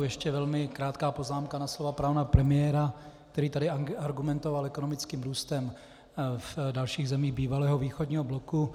Ještě velmi krátká poznámka na slova pana premiéra, který tady argumentoval ekonomickým růstem v dalších zemích bývalého východního bloku.